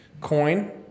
Coin